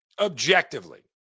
objectively